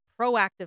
proactive